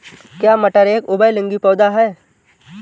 क्या मटर एक उभयलिंगी पौधा है?